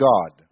God